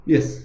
Yes